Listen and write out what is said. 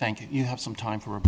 thank you have some time for